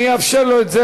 אני אאפשר לו את זה.